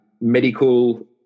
medical